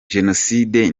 jenoside